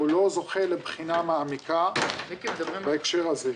או לא זוכה לבחינה מעמיקה בהקשר הזה.